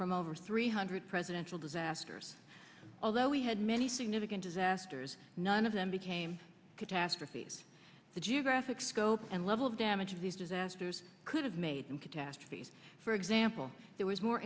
from over three hundred presidential disasters although we had many significant disasters none of them became catastrophes the geographic scope and level of damage of these disasters could have made and catastrophes for example there was more